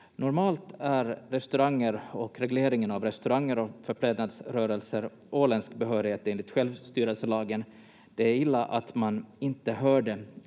Normalt är restauranger och regleringen av restauranger och förplägnadsrörelser åländsk behörighet enligt självstyrelselagen. Det är illa att man inte hörde